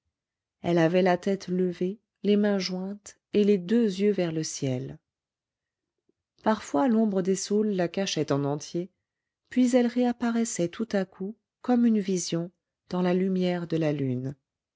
elle avait la tête levée les mains jointes et les deux yeux vers le ciel parfois l'ombre des saules la cachait en entier puis elle réapparaissait tout à coup comme une vision dans la lumière de la lune